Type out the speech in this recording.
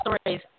stories